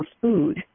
food